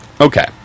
Okay